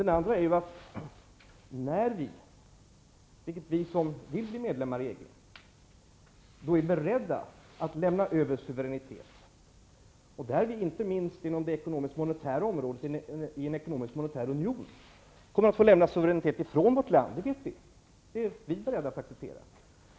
Den andra är följande. Vi som vill bli medlemmar i EG är beredda att lämna över suveränitet -- inte minst i en ekonomisk-monetär union kommer vi att få lämna över suveränitet från vårt land. Det är vi beredda att acceptera.